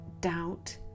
doubt